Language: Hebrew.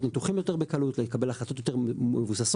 ניתוחים יותר בקלות ולקבל החלטות יותר מבוססות.